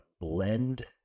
blend